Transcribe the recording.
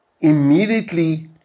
immediately